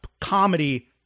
comedy